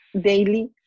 daily